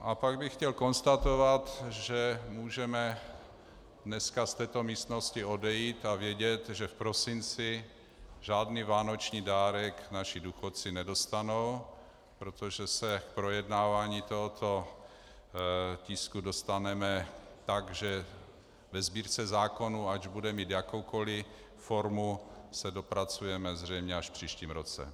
A pak bych chtěl konstatovat, že můžeme dneska z této místnosti odejít a vědět, že v prosinci žádný vánoční dárek naši důchodci nedostanou, protože se k projednávání tohoto tisku dostaneme tak, že ve Sbírce zákonů, ať bude mít jakoukoli formu, se dopracujeme zřejmě až v příštím roce.